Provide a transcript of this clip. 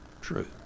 true